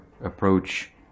approach